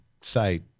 say –